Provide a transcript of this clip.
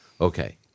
Okay